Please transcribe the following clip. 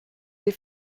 les